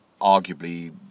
arguably